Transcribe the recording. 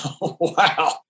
Wow